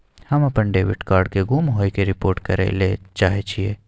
हम अपन debit card के गुम होय के रिपोर्ट करय ले चाहय छियै